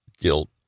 guilt